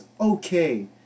okay